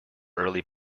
early